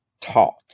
taught